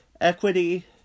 equity